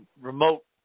remote